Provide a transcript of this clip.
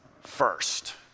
first